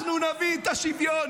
אנחנו נביא את השוויון,